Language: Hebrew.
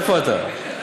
איפה אתה?